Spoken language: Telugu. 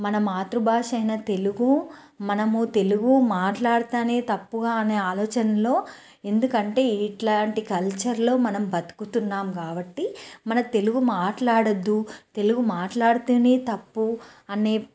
మన మాతృభాష అయిన తెలుగు మనము తెలుగు మాట్లాడతనే తప్పుగా అనే ఆలోచనలో ఎందుకంటే ఇట్లాంటి కల్చర్లో మనం బతుకుతున్నాం కాబట్టి మన తెలుగు మాట్లాడద్దు తెలుగు మాట్లాడితేనే తప్పు అనే